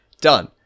done